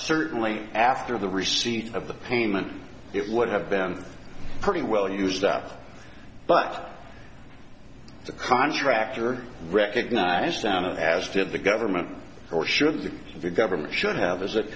certainly after the receipt of the payment it would have been pretty well used up but the contractor recognized them as did the government or should the government should have is that